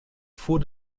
fuhr